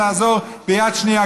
לעזור ביד שנייה,